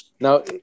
Now